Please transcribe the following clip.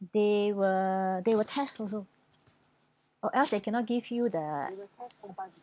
they will they wil; test also or else they cannot give you the